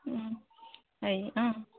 হেৰি অঁ